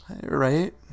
Right